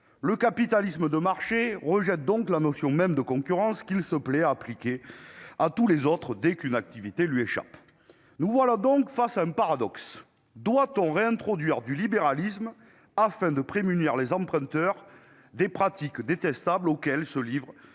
Le capitalisme de marché rejette donc la notion même de concurrence, qu'il se plaît à appliquer à tous les autres dès qu'une activité lui échappe. Nous voilà donc face à un paradoxe : doit-on réintroduire du libéralisme afin de prémunir les emprunteurs des pratiques détestables auxquelles se livrent